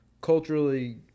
culturally